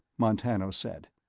montano said.